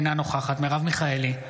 אינה נוכחת מרב מיכאלי,